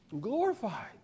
Glorified